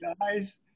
guys